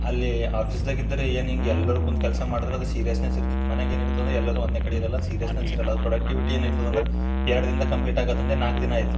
ಅಲ್ಲಿ ಆಫೀಸ್ದಾಗೆ ಇದ್ದರೆ ಏನು ಹಿಂಗೆ ಎಲ್ಲರೂ ಕುಂತು ಕೆಲಸ ಮಾಡಿದ್ರ್ ಅದು ಸೀರಿಯಸ್ನೆಸ್ ಇರ್ತಿತ್ತು ಮನೆಗೆ ಏನು ಇರ್ತು ಅಂದ್ರೆ ಎಲ್ಲರೂ ಒಂದೇ ಕಡೆ ಇರೋಲ್ಲ ಸೀರಿಯಸ್ನೆಸ್ ಇರೋಲ್ಲ ಅದು ಪ್ರೊಡಕ್ಟಿವಿಟಿ ಏನು ಆಗ್ತದ್ ಅಂದ್ರೆ ಎರಡು ದಿನ್ದಾಗೆ ಕಂಪ್ಲೀಟ್ ಆಗೋದ್ ಅಂದೆ ನಾಲ್ಕು ದಿನ ಆಯಿತು